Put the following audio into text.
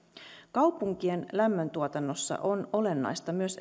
kaupunkien lämmöntuotannossa on olennaista myös